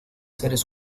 seres